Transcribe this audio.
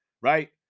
right